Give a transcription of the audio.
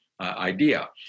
idea